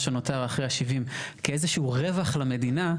מה שנותר אחרי ה-70% כאיזה שהוא רווח למדינה,